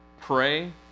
pray